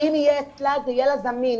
כי אם יהיה אצלה זה יהיה לה זמין.